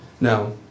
Now